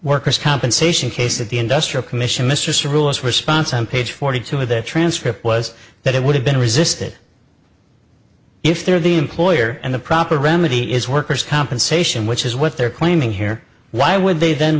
workers compensation case that the industrial commission mistress rules response on page forty two of that transcript was that it would have been resisted if they were the employer and the proper remedy is worker's compensation which is what they're claiming here why would they then